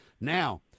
Now